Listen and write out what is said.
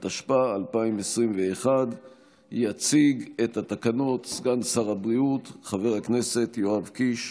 התשפ"א 2021. יציג את התקנות סגן שר הבריאות חבר הכנסת יואב קיש,